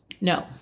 No